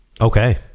Okay